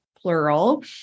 plural